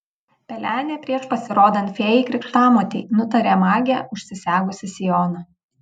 pelenė prieš pasirodant fėjai krikštamotei nutarė magė užsisegusi sijoną